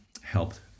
helped